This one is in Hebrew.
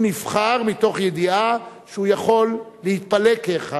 הוא נבחר בידיעה שהוא יכול להתפלג כאחד.